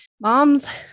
moms